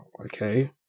okay